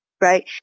right